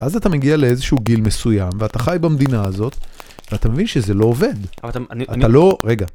אז אתה מגיע לאיזשהו גיל מסוים ואתה חי במדינה הזאת ואתה מבין שזה לא עובד, אתה לא... רגע.